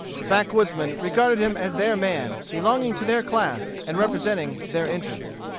the backwoodsmen regarded him as their man, belonging to their class and representing their interests.